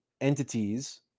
entities